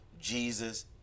Jesus